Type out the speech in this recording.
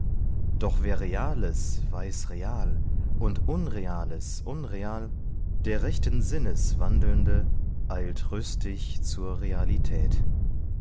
doch wer reales weiß real und unreales unreal der rechten sinnes wandelnde eilt rüstig zur realität